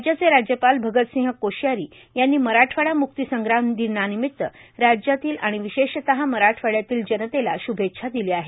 राज्याचे राज्यपाल भगत सिंह कोश्यारी यांनी मराठवाडा मुक्ति संग्राम दिनानिमित राज्यातील आणि विशेषतः मराठवाड्यातील जनतेला शुभेच्छा दिल्या आहेत